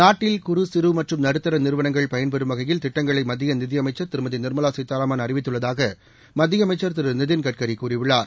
நாட்டில் குறு சிறு மற்றும் நடுத்தர நிறுவனங்கள் பயன்பெறும் வகையில் திட்டங்களை மத்திய நிதி அமைச்சர் திருமதி நிர்மலா சீதாராமன் அறிவித்துள்ளதாக மத்திய அமைச்சர் திரு நிதின் கட்கரி கூறியுள்ளார்